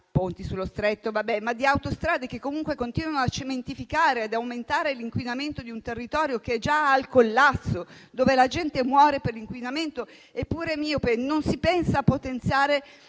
sullo Stretto) e comunque si continua a cementificare; ad aumentare l'inquinamento di un territorio che è già al collasso, dove la gente muore per l'inquinamento. È pure miope: non si pensa a potenziare